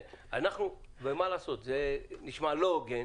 מה לעשות, זה נשמע לא הוגן.